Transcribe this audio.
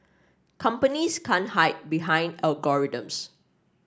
companies can't hide behind algorithms